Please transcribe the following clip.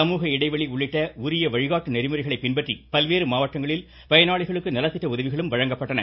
சமூக இடைவெளி உள்ளிட்ட உரிய வழிகாட்டு நெறிமுறைகளை பின்பற்றி பல்வேறு மாவட்டங்களில் பயனாளிகளுக்கு நலத்திட்ட உதவிகளும் வழங்கப்பட்டன